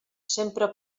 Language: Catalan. sempre